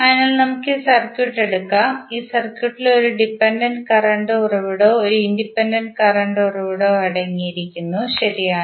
അതിനാൽ നമുക്ക് ഈ സർക്യൂട്ട് എടുക്കാം ഈ സർക്യൂട്ടിൽ ഒരു ഡിപെൻഡന്റ് കറന്റ് ഉറവിടവും ഒരു ഇൻഡിപെൻഡന്റ് കറന്റ് ഉറവിടവും അടങ്ങിയിരിക്കുന്നു ശരിയാണ്